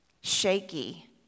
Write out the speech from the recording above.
shaky